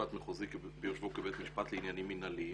משפט מחוזי ביושבו כבית משפט לעניינים מנהליים.